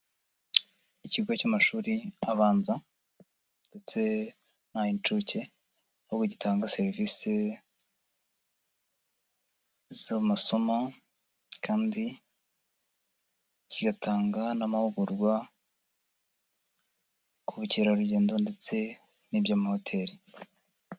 Ikigo cy'amashuri abanza ndetse n'ay'inshuke aho gitanga serivisi z'amasomo zo mu masomo kandi kigatanga n'amahugurwa ku bukerarugendo ndetse n'iby'amahoteli.